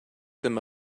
them